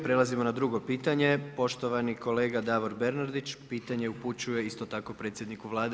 Prelazimo na drugo pitanje, poštovani kolega Davor Bernardić, pitanje upućuje isto tako predsjedniku Vlade.